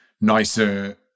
nicer